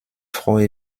freue